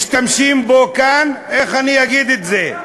משתמשים בו כאן, איך אני אגיד את זה,